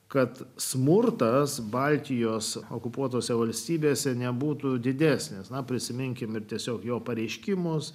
kad smurtas baltijos okupuotose valstybėse nebūtų didesnės na prisiminkime ir tiesiog jo pareiškimus